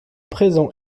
présents